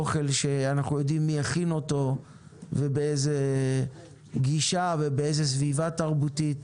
אוכל שאנחנו יודעים מי הכין אותו ובאיזו גישה ובאיזו סביבה תרבותית,